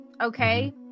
okay